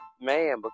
man